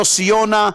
יוסי יונה,